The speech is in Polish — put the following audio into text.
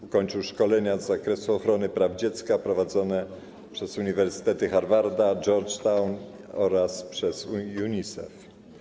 Ukończył szkolenia z zakresu ochrony praw dziecka prowadzone przez uniwersytety Harvarda, Georgetown oraz przez UNICEF.